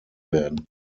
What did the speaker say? werden